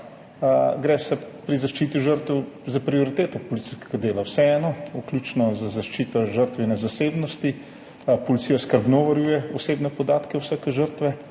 Pri zaščiti žrtev gre za prioriteto policijskega dela, vseeno, vključno z zaščito žrtvine zasebnosti, policija skrbno varuje osebne podatke vsake žrtve.